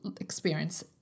experience